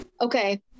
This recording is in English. Okay